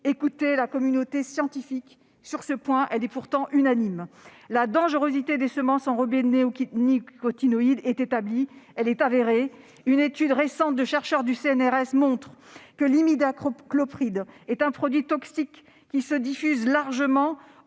écouter la communauté scientifique, qui est, sur ce point, unanime. Le danger des semences enrobées de néonicotinoïdes est établi, avéré. Une étude récente de chercheurs du CNRS montre que l'imidaclopride est un produit toxique qui se diffuse largement